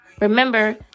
Remember